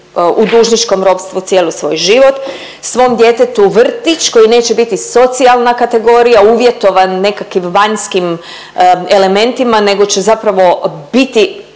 u dužničkom ropstvu cijeli svoj život. Svom djetetu vrtić koji neće biti socijalna kategorija uvjetovan nekakvim vanjskim elementima, nego će zapravo biti